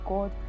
God